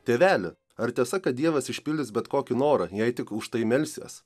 tėveli ar tiesa kad dievas išpildys bet kokį norą jei tik už tai melsies